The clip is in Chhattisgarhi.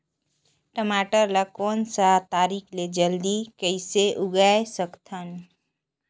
टमाटर ला कोन सा तरीका ले जल्दी कइसे उगाय सकथन?